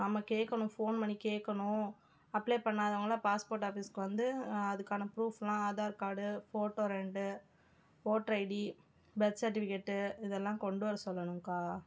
ஆமாம் கேட்கணும் ஃபோன் பண்ணி கேட்கணும் அப்ளை பண்ணாதவங்களை பாஸ்போர்ட் ஆபீஸ்க்கு வந்து அதுக்கான ப்ரூஃப்லாம் ஆதார் கார்டு ஃபோட்டோ ரெண்டு வோட்ரைடி பர்த் சர்ட்டிவிக்கேட்டு இதெல்லாம் கொண்டு வர சொல்லணும்க்கா